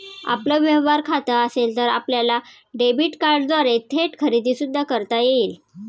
आपलं व्यवहार खातं असेल तर आपल्याला डेबिट कार्डद्वारे थेट खरेदी सुद्धा करता येईल